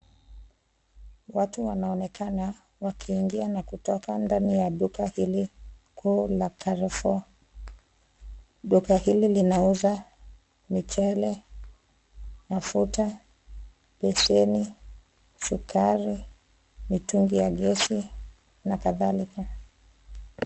Watu wanaonekana wakiingia na kutoka ndani ya duka hili ku la Carrefour . Duka hili linauza michele, mafuta, beseni, sukari, mitungi ya gesi na kadhalika.